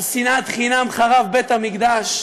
על שנאת חינם חרב בית-המקדש.